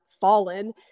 fallen